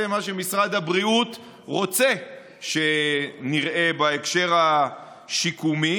מה שמשרד הבריאות רוצה שנראה בהקשר השיקומי,